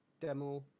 demo